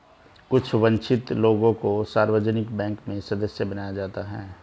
कुछ वन्चित लोगों को सार्वजनिक बैंक में सदस्य बनाया जाता है